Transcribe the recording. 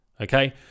okay